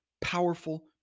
powerful